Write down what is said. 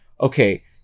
okay